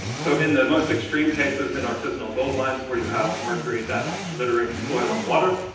so in the most extreme cases in artisanal goldmines where you have mercury that's littering soil and water,